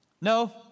No